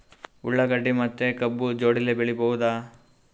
ಉಳ್ಳಾಗಡ್ಡಿ ಮತ್ತೆ ಕಬ್ಬು ಜೋಡಿಲೆ ಬೆಳಿ ಬಹುದಾ?